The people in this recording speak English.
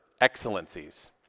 excellencies